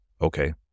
Okay